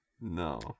No